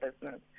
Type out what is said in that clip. business